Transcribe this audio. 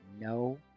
no